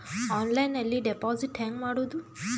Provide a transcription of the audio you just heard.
ಆನ್ಲೈನ್ನಲ್ಲಿ ಡೆಪಾಜಿಟ್ ಹೆಂಗ್ ಮಾಡುದು?